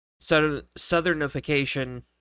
southernification